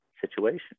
situation